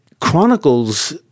Chronicles